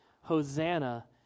Hosanna